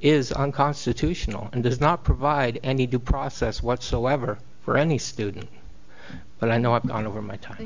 is unconstitutional and does not provide any due process whatsoever for any student but i know i've gone over my time